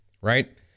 right